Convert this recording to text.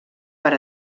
per